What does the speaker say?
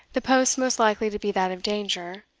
the post most likely to be that of danger,